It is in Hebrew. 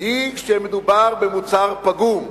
היא שמדובר במוצר פגום,